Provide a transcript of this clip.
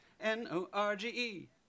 n-o-r-g-e